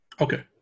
Okay